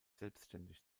selbständig